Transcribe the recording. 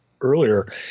earlier